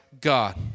God